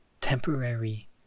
temporary